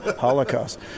holocaust